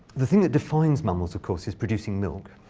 the thing that defines mammals, of course, is producing milk.